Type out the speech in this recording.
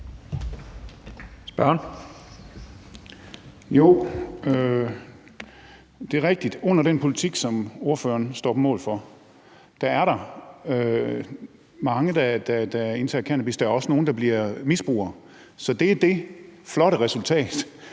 Gejl (ALT): Det er rigtigt. Under den politik, som ordføreren står på mål for, er der mange, der indtager cannabis, og der er også nogle, der bliver misbrugere. Så det er det flotte resultat,